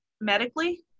medically